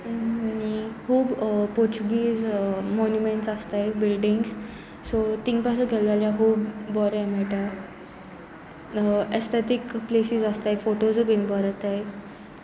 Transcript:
आनी खूब Portuguese monuments आसताय बिल्डीिंग्स सो तींग पासून गेले जाल्यार खूब बोरें मेळटा एस्थेथीक प्लेसीस आसताय फोटोजूय बीन बर येताय